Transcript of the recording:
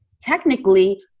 technically